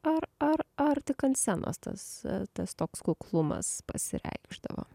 ar ar ar tik ant scenos tas tas toks kuklumas pasireikšdavo